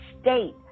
state